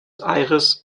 aires